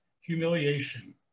humiliation